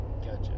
Gotcha